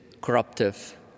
corruptive